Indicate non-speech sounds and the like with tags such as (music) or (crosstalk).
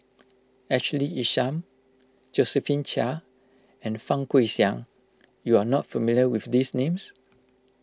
(noise) Ashley Isham Josephine Chia and Fang Guixiang you are not familiar with these names